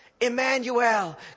Emmanuel